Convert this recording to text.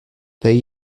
they